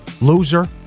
loser